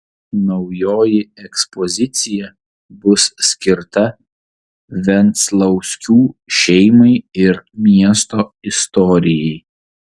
naujoji ekspozicija bus skirta venclauskių šeimai ir miesto istorijai